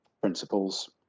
principles